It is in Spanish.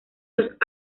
los